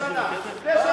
6,000 שנה.